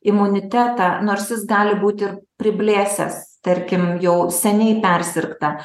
imunitetą nors jis gali būti ir priblėsęs tarkim jau seniai persirgta